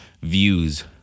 views